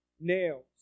nails